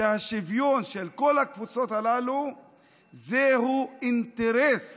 שהשוויון של כל הקבוצות הללו הוא אינטרס